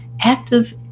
active